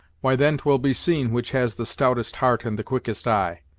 why then twill be seen which has the stoutest heart and the quickest eye.